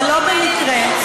לא במקרה,